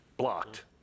Blocked